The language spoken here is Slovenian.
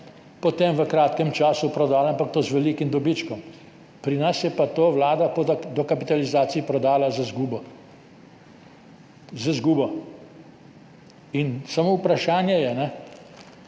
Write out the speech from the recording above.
potem v kratkem času prodala, ampak to z velikim dobičkom, pri nas je pa to vlada po dokapitalizaciji prodala z izgubo. In samo vprašanje je,